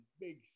Big